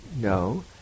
no